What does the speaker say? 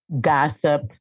gossip